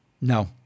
no